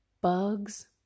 bugs